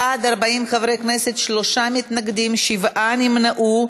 בעד, 40 חברי כנסת, שלושה מתנגדים, שבעה נמנעו.